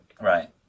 Right